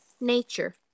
nature